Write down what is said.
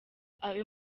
ayo